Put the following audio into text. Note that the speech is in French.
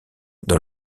dans